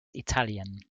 italian